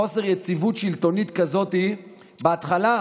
חוסר יציבות שלטונית כזאת בהתחלה.